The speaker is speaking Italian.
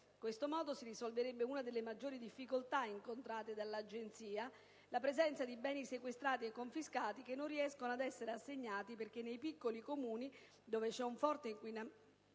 In questo modo si risolverebbe una delle maggiori difficoltà incontrate dall'Agenzia, e cioè la presenza di beni sequestrati e confiscati che non riescono ad essere assegnati perché nei piccoli Comuni, dove spesso c'è un forte inquinamento